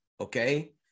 Okay